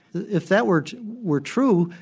if that were were true,